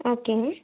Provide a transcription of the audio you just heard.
okay